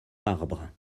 marbre